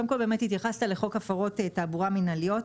קודם כול, התייחסת לחוק הפרות תעבורה מינהליות.